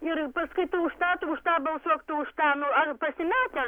ir paskui tu už tą tu už tą balsuok tu už tą nu ar pasimetę